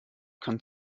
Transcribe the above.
kann